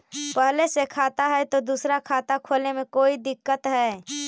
पहले से खाता है तो दूसरा खाता खोले में कोई दिक्कत है?